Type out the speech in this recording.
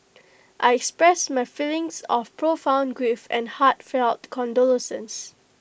I express my feelings of profound grief and heartfelt condolences